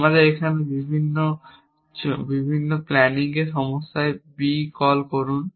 আমাদের এখানে বিভিন্ন প্ল্যানিং সমস্যায় এই b কল করুন